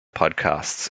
podcasts